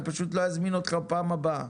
אני פשוט לא אזמין אותך פעם הבאה,